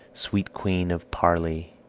sweet queen of parly,